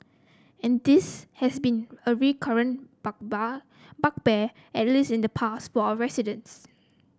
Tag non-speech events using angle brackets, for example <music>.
and this has been a recurrent <unintelligible> bugbear at least in the past for our residents